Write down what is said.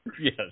Yes